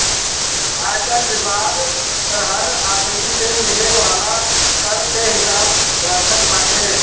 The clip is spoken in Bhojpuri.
आयकर विभाग हर आदमी से मिले वाला कर के हिसाब रखत बाटे